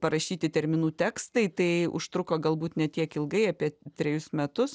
parašyti terminų tekstai tai užtruko galbūt ne tiek ilgai apie trejus metus